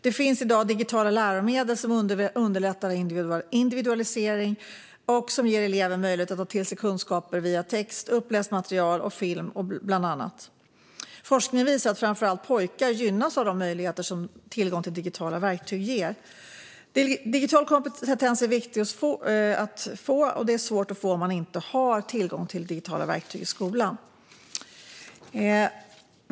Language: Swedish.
Det finns i dag digitala läromedel som underlättar individualisering och ger elever möjlighet att ta till sig kunskaper via text, uppläst material och film, bland annat. Forskning visar att framför allt pojkar gynnas av de möjligheter som tillgång till digitala verktyg ger. Digital kompetens är viktig, och det är svårt att få den om man inte har tillgång till digitala verktyg i skolan.